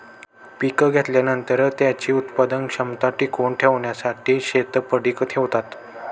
पीक घेतल्यानंतर, त्याची उत्पादन क्षमता टिकवून ठेवण्यासाठी शेत पडीक ठेवतात